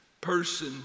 person